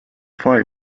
fire